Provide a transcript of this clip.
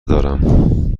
دارم